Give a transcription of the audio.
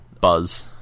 buzz